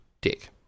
dick